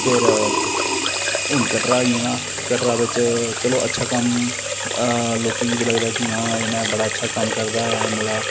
हून कटरा आई गेदा चलो कटरा बिच अच्छा कम्म ते लोकें गी बी लगदा ऐ कि आं अच्छा कम्म करदा ऐ मुड़ा